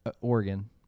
Oregon